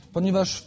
Ponieważ